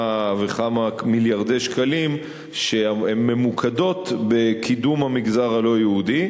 וכמה מיליארדי שקלים שממוקדים בקידום המגזר הלא-יהודי,